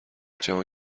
جهان